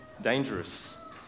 dangerous